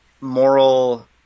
moral